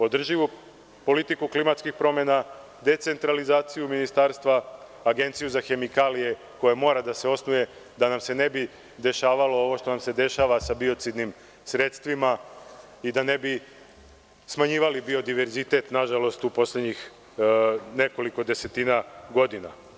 Podržimo politiku klimatskih promena, decentralizaciju ministarstva, Agenciju za hemikalije koja mora da se osnuje da nam se ne bi dešavalo ovo što nam se dešava sa biocidnim sredstvima i da ne bi smanjivali biodiverzitet, koji je nažalost u poslednjih nekoliko desetina godina ugrožen.